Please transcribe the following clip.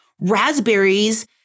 raspberries